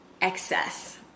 excess